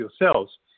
yourselves